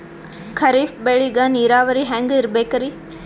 ಖರೀಫ್ ಬೇಳಿಗ ನೀರಾವರಿ ಹ್ಯಾಂಗ್ ಇರ್ಬೇಕರಿ?